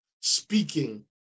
speaking